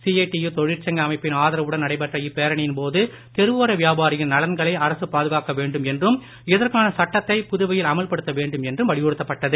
CITU தொழிற்சங்க அமைப்பின் ஆதரவுடன் நடைபெற்ற இப்பேரணியின் போது தெருவோர வியாபாரிகளின் நலன்களை அரசு பாதுகாக்க வேண்டும் என்றும் இதற்கான சட்டத்தை புதுவையில் அமல்படுத்த வேண்டும் என்றும் வலியுறுத்தப்பட்டது